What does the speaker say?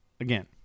again